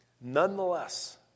Nonetheless